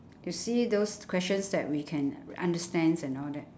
you see those questions that we can understands and all that